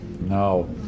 No